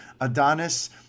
Adonis